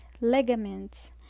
ligaments